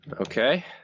Okay